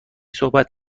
صحبت